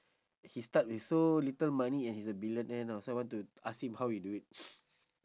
he start with so little money and he's a billionaire now so I want to ask him how he do it